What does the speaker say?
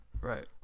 Right